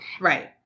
Right